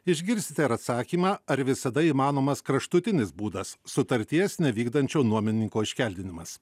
išgirsite ir atsakymą ar visada įmanomas kraštutinis būdas sutarties nevykdančių nuomininko iškeldinimas